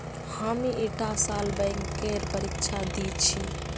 हामी ईटा साल बैंकेर परीक्षा दी छि